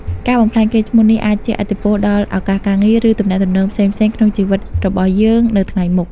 ការបំផ្លាញកេរ្តិ៍ឈ្មោះនេះអាចជះឥទ្ធិពលដល់ឱកាសការងារ ឬទំនាក់ទំនងផ្សេងៗក្នុងជីវិតរបស់យើងទៅថ្ងៃមុខ។